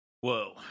Whoa